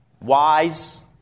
wise